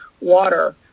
water